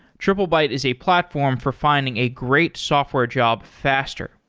triplebyte is a platform for finding a great software job faster.